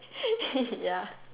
ya